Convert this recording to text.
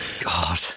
god